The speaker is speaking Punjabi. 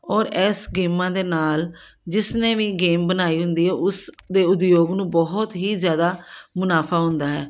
ਔਰ ਇਸ ਗੇਮਾਂ ਦੇ ਨਾਲ ਜਿਸ ਨੇ ਵੀ ਗੇਮ ਬਣਾਈ ਹੁੰਦੀ ਹੈ ਉਸ ਦੇ ਉਦਯੋਗ ਨੂੰ ਬਹੁਤ ਹੀ ਜ਼ਿਆਦਾ ਮੁਨਾਫ਼ਾ ਹੁੰਦਾ ਹੈ